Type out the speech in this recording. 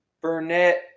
Burnett